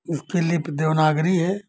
इसके लिए देवनागरी है